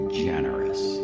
generous